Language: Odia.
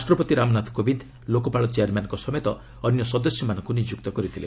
ରାଷ୍ଟ୍ରପତି ରାମନାଥ କୋବିନ୍ଦ ଲୋକପାଳ ଚେୟାରମ୍ୟାନ୍ଙ୍କ ସମେତ ଅନ୍ୟ ସଦସ୍ୟମାନଙ୍କୁ ନିଯୁକ୍ତ କରିଥିଲେ